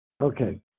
Okay